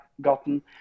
gotten